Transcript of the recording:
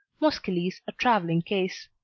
moscheles a travelling case.